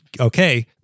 okay